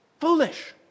Foolish